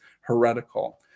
heretical